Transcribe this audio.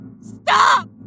Stop